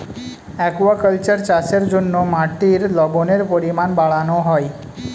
aquaculture চাষের জন্য মাটির লবণের পরিমাণ বাড়ানো হয়